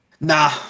Nah